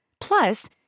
Plus